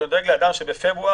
אני דואג לאדם שבפברואר,